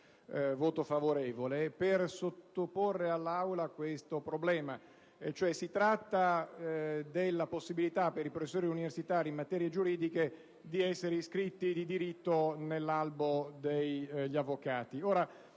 voto favorevole. Desidero sottoporre all'Aula il seguente problema. Si tratta, in sostanza, della possibilità per i professori universitari in materie giuridiche di essere iscritti di diritto nell'albo degli avvocati.